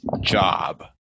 job